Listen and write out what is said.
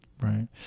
Right